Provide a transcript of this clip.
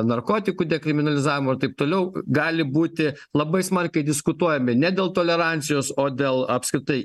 narkotikų dekriminalizavimo taip toliau gali būti labai smarkiai diskutuojami ne dėl tolerancijos o dėl apskritai